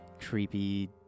creepy